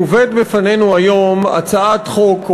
מובאת בפנינו היום הצעת חוק,